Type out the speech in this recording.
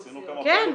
עשינו כמה חולים -- כן,